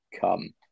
come